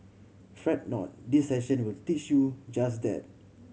fret not this session will teach you just that